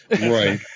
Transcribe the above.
Right